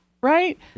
right